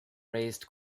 raised